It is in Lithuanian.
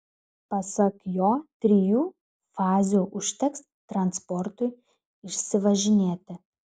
pasak jo trijų fazių užteks transportui išsivažinėti